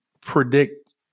predict